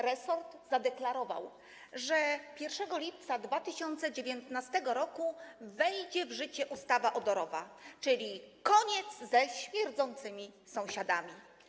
Resort zadeklarował, że 1 lipca 2019 r. wejdzie w życie ustawa odorowa, czyli koniec ze śmierdzącymi sąsiadami.